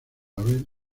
abel